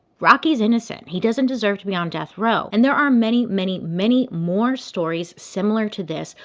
rocky's innocent, he doesn't deserve to be on death row. and there are many, many, many more stories similar to this,